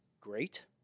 great